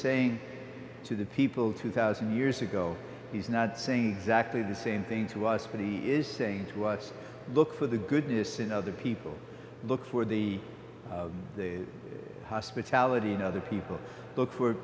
saying to the people two thousand years ago he's not saying exactly the same thing to us but he is saying to us look for the goodness in other people look for the hospitality in other people look for